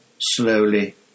slowly